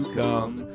come